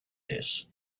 this